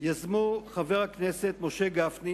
יזם חבר הכנסת משה גפני,